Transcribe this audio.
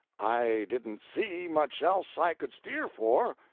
i didn't see much else i could steer for,